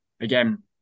Again